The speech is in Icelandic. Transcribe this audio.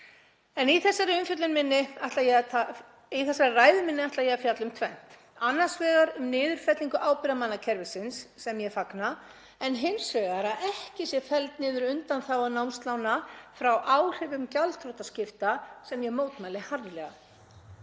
En í þessari ræðu minni ætla ég að fjalla um tvennt, annars vegar um niðurfellingu ábyrgðarmannakerfisins, sem ég fagna, og hins vegar að ekki sé felld niður undanþága námslána frá áhrifum gjaldþrotaskipta, sem ég mótmæli harðlega.